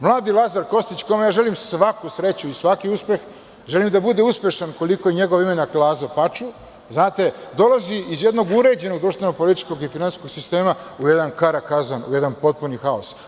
Mladi Lazar Kostić, kome želim svaku sreću i svaki uspeh, želim da bude uspešan koliko i njegov imenjak Lazo Paču, dolazi iz jednog uređenog društveno-političkog i finansijskog sistema u jedan karakazan, u jedan potpuni haos.